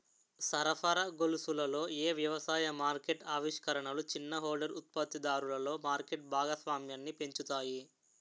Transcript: సరఫరా గొలుసులలో ఏ వ్యవసాయ మార్కెట్ ఆవిష్కరణలు చిన్న హోల్డర్ ఉత్పత్తిదారులలో మార్కెట్ భాగస్వామ్యాన్ని పెంచుతాయి?